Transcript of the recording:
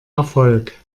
erfolg